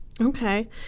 Okay